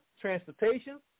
Transportation